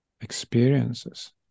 experiences